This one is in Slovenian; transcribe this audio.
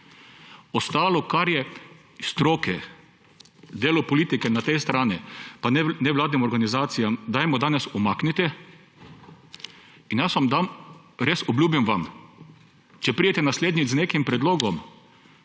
Ostalo, kar je stroke, delo politike na tej strani pa nevladnih organizacij, dajmo danes umakniti. Jaz vam obljubim, če pridete naslednjič z nekim predlogom,